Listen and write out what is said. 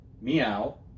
meow